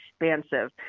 expansive